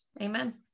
Amen